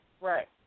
Right